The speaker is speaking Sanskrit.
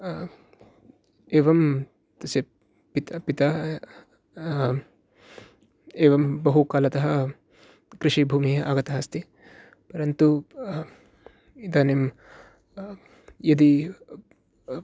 एवं पिता पिता एवं बहु कालतः कृषिभूमिः आगता अस्ति परन्तु इदानीं यदि